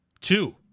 Two